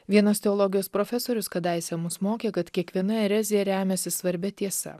vienas teologijos profesorius kadaise mus mokė kad kiekviena erezija remiasi svarbia tiesa